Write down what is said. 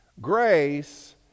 Grace